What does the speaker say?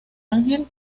ángel